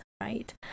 right